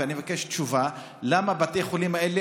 ואני מבקש תשובה: למה בתי החולים האלה